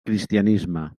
cristianisme